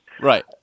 Right